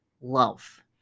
love